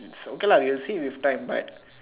it's okay lah we will see it with time but